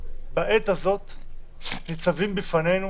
בעת הזאת ניצבים בפנינו